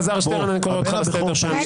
גלעד, אני קורא אותך לסדר, אתה פעם שנייה.